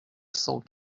cent